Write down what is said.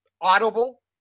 Audible